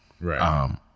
right